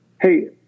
hey